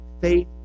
faith